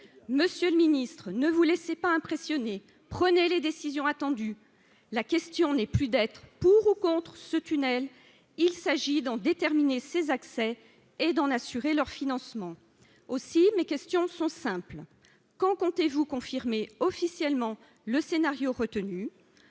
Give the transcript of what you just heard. monsieur le Ministre : Ne vous laissez pas impressionner prenait les décisions attendues, la question n'est plus d'être pour ou contre ce tunnel, il s'agit d'en déterminer ses accès et d'en assurer leur financement aussi mes questions sont simples: quand comptez-vous confirmer officiellement le scénario retenu,